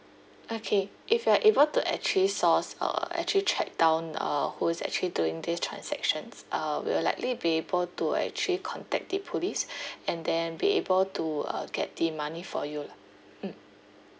okay if we are able to actually source uh actually track down uh who is actually doing these transactions uh we will likely be able to actually contact the police and then be able to uh get the money for you lah mm